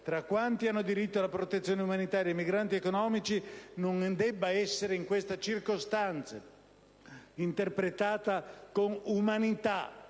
tra quanti hanno diritto alla protezione umanitaria e migranti economici non debba essere in queste circostanze interpretata con umanità,